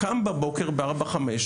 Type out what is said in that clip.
קם בבוקר בארבע חמש,